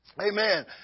Amen